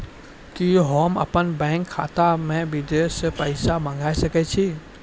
कि होम अपन बैंक खाता मे विदेश से पैसा मंगाय सकै छी?